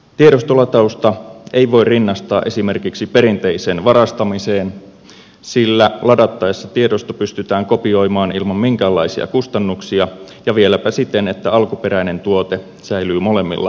tiedostolatausta ei voi rinnastaa esimerkiksi perinteiseen varastamiseen sillä ladattaessa tiedosto pystytään kopioimaan ilman minkäänlaisia kustannuksia ja vieläpä siten että alkuperäinen tuote säilyy molemmilla osapuolilla